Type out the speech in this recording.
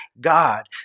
God